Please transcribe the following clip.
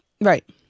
Right